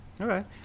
Okay